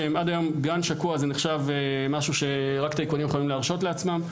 עד היום גן שקוע נחשב משהו שרק טייקונים יכולים להרשות לעצמם.